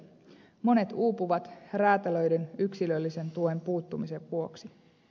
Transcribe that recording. monet uupuvat räätälöidyn yksilöllisen tuen puuttumisen vuoksi